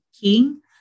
King